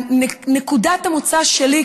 נקודת המוצא שלי,